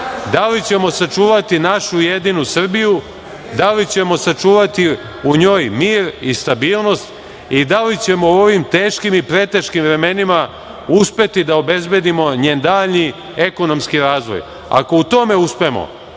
da li ćemo sačuvati našu jedinu Srbiju, da li ćemo sačuvati u njoj mir i stabilnost i da li ćemo u ovim teškim i preteškim vremenima uspeti da obezbedimo njen daljni ekonomski razvoj. Ako u tome uspemo,